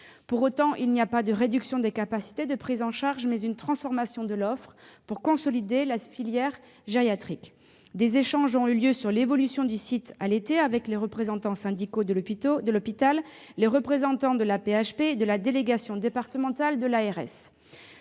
Pour autant, il y a non pas une réduction des capacités de prise en charge, mais une transformation de l'offre pour consolider la filière gériatrique. Des échanges ont eu lieu cet été sur l'évolution du site avec les représentants syndicaux de l'hôpital, les représentants de l'AP-HP et de la délégation départementale de l'ARS